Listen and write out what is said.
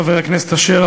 חבר הכנסת אשר,